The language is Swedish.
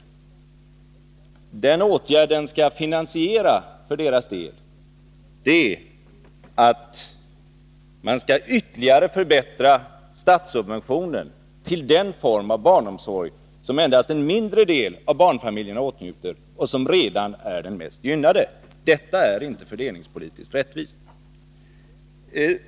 Vad den åtgärden skall finansiera för deras del är att man skall ytterligare förbättra statssubventionen till den form av barnomsorg som endast en mindre del av barnfamiljerna åtnjuter och som redan är den mest gynnade. Detta är inte fördelningspolitiskt rättvist.